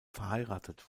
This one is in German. verheiratet